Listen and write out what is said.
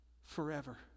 forever